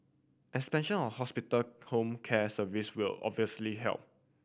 expansion of hospital home care service will obviously help